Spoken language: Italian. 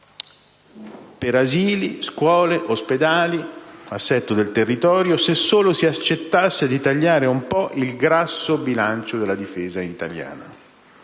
per asili, scuole, ospedali, assetto del territorio se solo si accettasse di tagliare un po' il grasso bilancio della difesa italiana.